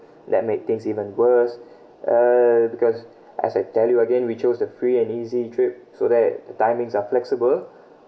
that made things even worse uh because as I tell you again we chose the free and easy trip so that the timings are flexible